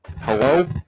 Hello